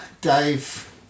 Dave